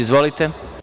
Izvolite.